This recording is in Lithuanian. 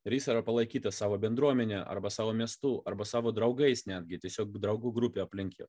ir jis yra palaikytas savo bendruomene arba savo miestu arba savo draugais netgi tiesiog draugų grupė aplink jį